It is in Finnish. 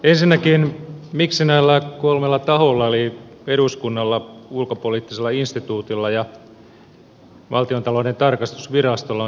ensinnäkin miksi näillä kolmella taholla eli eduskunnalla ulkopoliittisella instituutilla ja valtiontalouden tarkastusvirastolla on samat tilintarkastajat